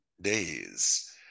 days